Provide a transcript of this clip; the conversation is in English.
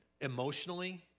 emotionally